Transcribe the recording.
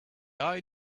eye